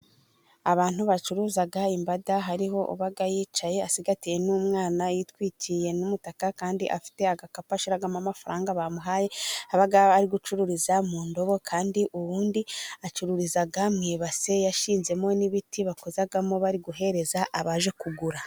Abantu bacuruzaga imbada hariho uba yicaye asigatiye n'umwana yitwitiriye n'umutaka, kandi afite agakapu ashiramo amafaranga bamuhaye, ari gucururiza mu ndobo, kandi ubundi acururiza mubase, yashinzemo n'ibiti bakozamo bari guhereza abaje kugura.